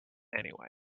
anyway